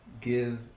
give